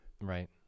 Right